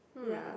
ya